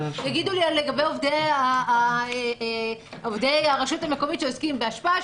יגידו לי לגבי עובדי הרשות המקומית שעוסקים באשפה,